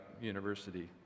university